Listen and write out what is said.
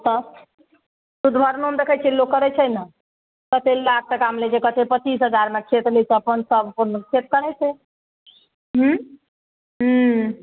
तब सुदभरनोमे देखै छिए लोक करै छै ने कतेक लाख टकामे लै छै कतेक पचीस हजारमे खेत लै छै अपन सब अपन खेत करै छै हुँ हुँ